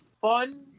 fun